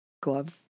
gloves